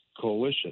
coalition